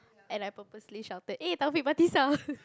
and I purposely shouted eh Taufik Batisah